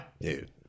dude